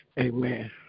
amen